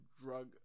drug